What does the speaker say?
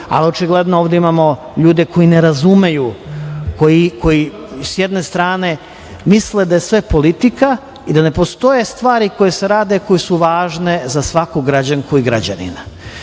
a očigledno ovde imamo ljude koji ne razumeju, koji s jedne strane misle da je sve politika i da ne postoje stvari koje se rade koje su važne za svaku građanku i građanina. Nije